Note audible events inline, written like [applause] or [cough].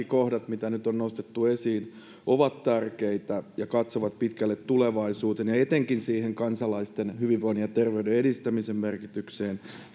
[unintelligible] kohdat mitä nyt on nostettu esiin ovat tärkeitä ja katsovat pitkälle tulevaisuuteen ja etenkin kansalaisten hyvinvoinnin ja terveyden edistämisen merkitykseen